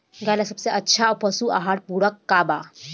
गाय ला सबसे अच्छा पशु आहार पूरक का बा?